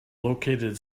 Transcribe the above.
located